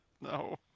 no